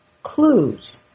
clues